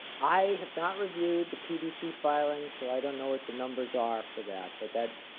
i have not reviewed the pdc filing so i don't know what the numbers are for that but that,